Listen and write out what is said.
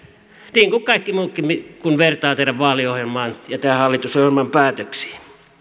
niin kuin kaikessa muussakin kun vertaa teidän vaaliohjelmaanne tämän hallitusohjelman päätöksiin